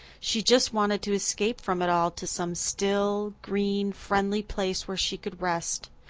she just wanted to escape from it all to some still, green, friendly place where she could rest.